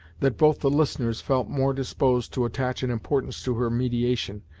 that both the listeners felt more disposed to attach an importance to her mediation,